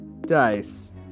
dice